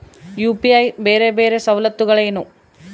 UPI ಬೇರೆ ಬೇರೆ ಸವಲತ್ತುಗಳೇನು?